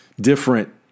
different